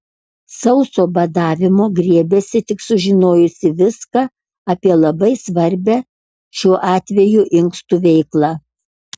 sauso badavimo griebėsi tik sužinojusi viską apie labai svarbią šiuo atveju inkstų veiklą